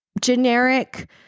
generic